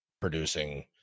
producing